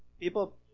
People